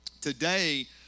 Today